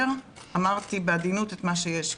אמרתי בעדינות את מה שיש לי.